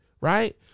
Right